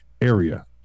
area